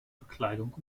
bekleidung